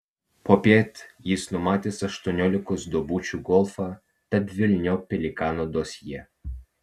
popiet jis numatęs aštuoniolikos duobučių golfą tad velniop pelikano dosjė